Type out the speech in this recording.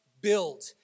build